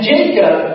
Jacob